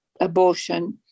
abortion